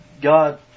God